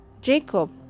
Jacob